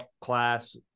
class